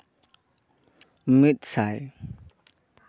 ᱢᱤᱫᱥᱟᱭ